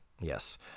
Yes